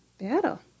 battle